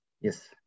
Yes